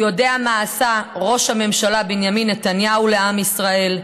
הוא יודע מה עשה ראש הממשלה בנימין נתניהו לעם ישראל: